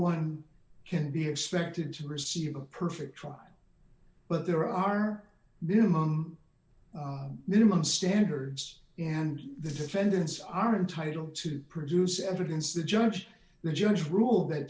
one can be expected to receive a perfect trial but there are minimum minimum standards and the defendants are entitled to produce evidence the judge the judge ruled that